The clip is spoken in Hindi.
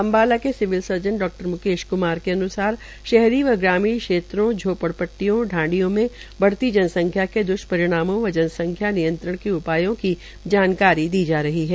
अम्बाला के सिविल सर्जन डॉ म्केश क्मार के अन्सार शहरी व ग्रामीण क्षेत्रों झोपड़ पट्टियों ढाणियों में बढ़ती जनसंख्या के द्वष्परिणामों व जनसख्या नियत्रण के उपायो की जानकारी दी जा रही है